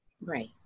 Right